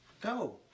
Go